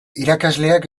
irakasleak